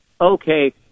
okay